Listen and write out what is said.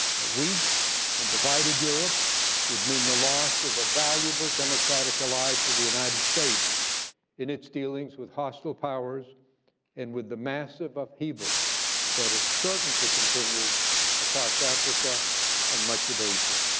weak and divided europe would mean the loss of a valuable democratic ally for the united states in its dealings with hostile powers and with the massive upheaval that is certain to continue across africa and much of asia.